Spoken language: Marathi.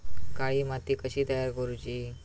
काळी माती कशी तयार करूची?